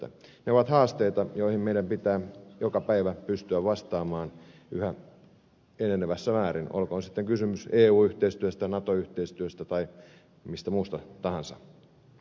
ne ovat haasteita joihin meidän pitää joka päivä pystyä vastaamaan yhä enenevässä määrin olkoon sitten kysymys eu yhteistyöstä nato yhteistyöstä tai mistä muusta tahansa